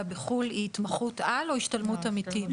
בחו"ל היא התמחות-על או השתלמות עמיתים?